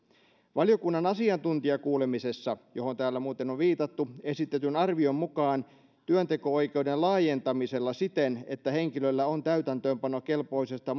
valiokunnan asiantuntijakuulemisessa johon täällä muuten on viitattu esitetyn arvion mukaan työnteko oikeuden laajentamisella siten että henkilöllä on täytäntöönpanokelpoisesta